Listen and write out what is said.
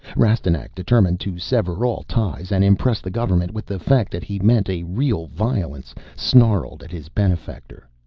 rastignac, determined to sever all ties and impress the government with the fact that he meant a real violence, snarled at his benefactor,